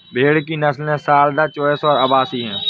भेड़ की नस्लें सारदा, चोइस और अवासी हैं